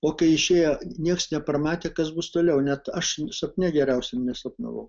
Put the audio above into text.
o kai išėjo niekas nepramatė kas bus toliau net aš sapne geriausiam nesapnavau